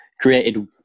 Created